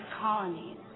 colonies